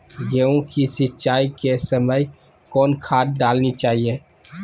गेंहू के सिंचाई के समय कौन खाद डालनी चाइये?